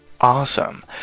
Awesome